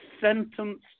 sentence